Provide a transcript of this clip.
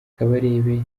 kabarebe